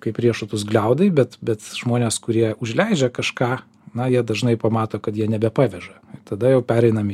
kaip riešutus gliaudai bet bet žmonės kurie užleidžia kažką na jie dažnai pamato kad jie nebepaveža tada jau pereinam į